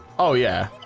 oh, yeah